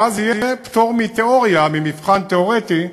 ואז יהיה פטור מתיאוריה, ממבחן תיאורטי,